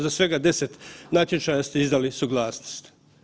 Za svega 10 natječaja ste izdali suglasnost.